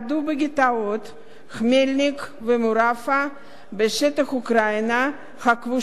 חמלניק ומורפה בשטח אוקראינה הכבושה רק הודות